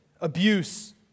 abuse